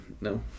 No